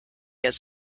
has